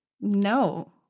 no